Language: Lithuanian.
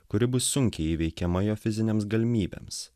kuri bus sunkiai įveikiama jo fizinėms galimybėms